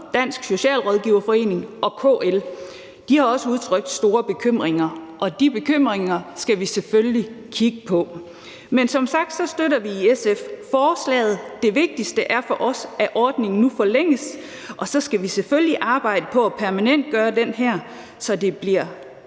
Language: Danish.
Dansk Socialrådgiverforening og KL. De har også udtrykt store bekymringer, og de bekymringer skal vi selvfølgelig kigge på. Men som sagt støtter vi i SF forslaget. Det vigtigste for os er, at ordningen nu forlænges, og så skal vi selvfølgelig arbejde på at permanentgøre det her, så det kommer